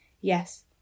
yes